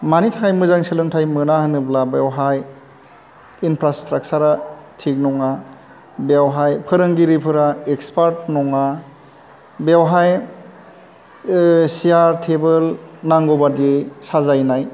मानि थाखाय मोजां सोलोंथाइ मोना होनोब्ला बेवहाय इनफ्रास्ट्राकसार आ थिक नङा बेवहाय फोरोंगिरिफोरा एक्सफार्ट नङा बेवहाय सियार टेबोल नांगौ बादि साजायनाय